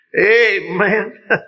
Amen